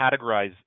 categorize